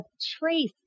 trace